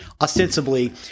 ostensibly